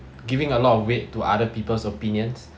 giving a lot of weight to other people's opinions